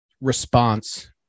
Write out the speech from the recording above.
response